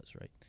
right